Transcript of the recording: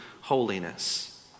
holiness